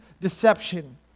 deception